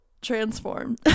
transform